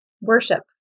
worship